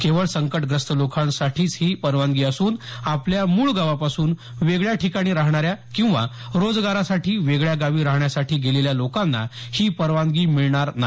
केवळ संकटग्रस्त लोकांसाठीच ही परवानगी असून आपल्या मूळ गावापासून वेगळ्या ठिकाणी राहणाऱ्या किंवा रोजगारासाठी वेगळ्या गावी राहण्यासाठी गेलेल्या लोकांना ही परवानगी मिळणार नाही